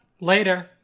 Later